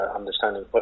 understanding